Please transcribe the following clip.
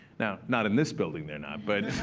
now, not in this building, they're not.